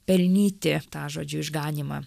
pelnyti tą žodžiu išganymą